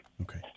Okay